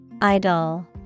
Idol